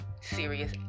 serious